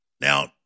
Now